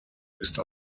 ist